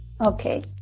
okay